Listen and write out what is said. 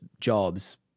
jobs